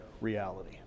reality